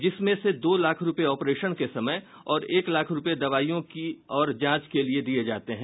जिसमें से दो लाख रूपये ऑपरेशन के समय और एक लाख रूपये दवाईयों और जांच के लिए दिये जाते हैं